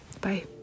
bye